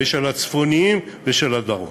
ושל הצפוניים ושל הדרום.